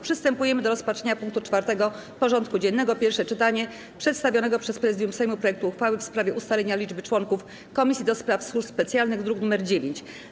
Przystępujemy do rozpatrzenia punktu 4. porządku dziennego: Pierwsze czytanie przedstawionego przez Prezydium Sejmu projektu uchwały w sprawie ustalenia liczby członków Komisji do Spraw Służb Specjalnych (druk nr 9)